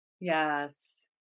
Yes